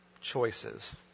choices